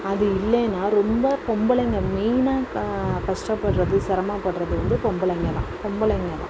அது இல்லைன்னா ரொம்ப பொம்பளைங்கள் மெயின்னா கஷ்டப்படுகிறது சிரமப்படுகிறது வந்து பொம்பளைங்கள் தான் பொம்பளைங்கள் தான்